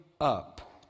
up